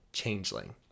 Changeling